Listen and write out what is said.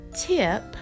tip